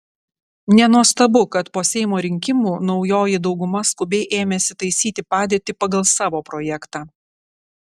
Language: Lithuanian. nenuostabu kad po seimo rinkimų naujoji dauguma skubiai ėmėsi taisyti padėtį pagal savo projektą